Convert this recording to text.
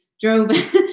drove